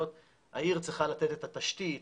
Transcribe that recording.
העיר צריכה לתת את התשתית,